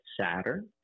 Saturn